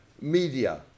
media